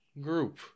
group